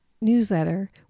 newsletter